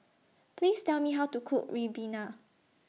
Please Tell Me How to Cook Ribena